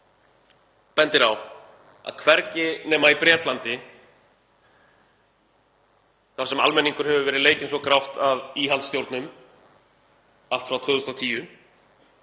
bendir á að hvergi nema í Bretlandi, þar sem almenningur hefur verið leikinn svo grátt af íhaldsstjórnum allt frá 2010,